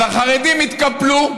אז החרדים התקפלו.